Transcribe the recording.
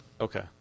Okay